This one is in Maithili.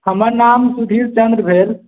हमर नाम सुधीर चन्द्र भेल